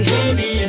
Baby